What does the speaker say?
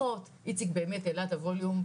איציק באמת העלה את הווליום,